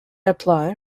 apply